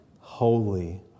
holy